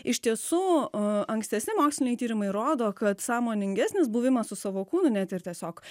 iš tiesų ankstesni moksliniai tyrimai rodo kad sąmoningesnis buvimas su savo kūnu net ir tiesiog